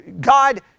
God